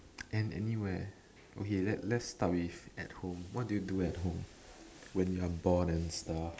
and anywhere okay let let's start with at home what do you do at home when you're bored and stuff